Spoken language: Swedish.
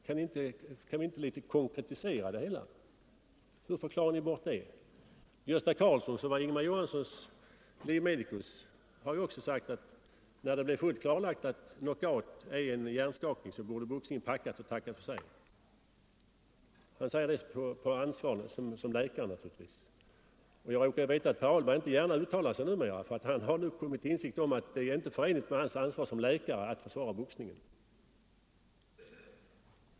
Kan ni inte konkretisera det hela? Hur bortförklarar ni dessa uttalanden? Gösta Karlsson, som var Ingemar Johanssons livmedikus, har ju också sagt att när det blir fullt klarlagt att knockout medför en hjärnskakning så borde boxningen packa ihop och tacka för sig. Han säger naturligtvis det som ansvarig läkare. Jag råkar också veta att Per Ahlberg inte gärna uttalar sig numera. Han har nu kommit till insikt om att det inte är förenligt med hans ansvar som läkare att försvara boxningen.